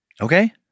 Okay